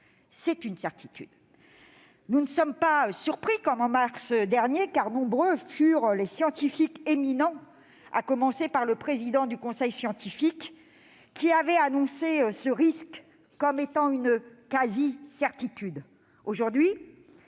c'est une certitude. Nous ne sommes pas surpris comme en mars dernier, car nombreux furent les scientifiques éminents, à commencer par le président du conseil scientifique, qui avaient annoncé ce risque comme étant une quasi-certitude.